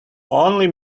only